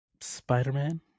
Spider-Man